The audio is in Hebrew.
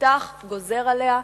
יפתח גוזר עליה להתנזר,